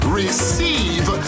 receive